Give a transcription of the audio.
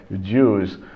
Jews